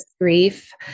Grief